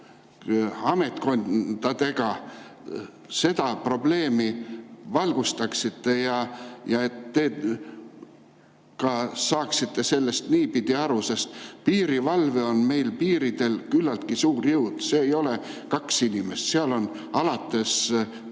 ametkondadega seda probleemi valgustaksite ja ka saaksite sellest niipidi aru, sest piirivalve on meil piiridel küllaltki suur jõud. See ei ole kaks inimest, seal on alates